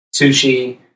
sushi